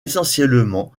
essentiellement